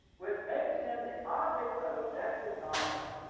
which makes him the object of objective knowledge,